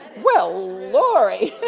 well, lori